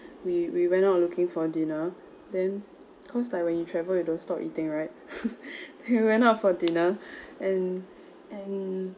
we we went out looking for dinner then cause like when you travel you don't stop eating right we went out for dinner and and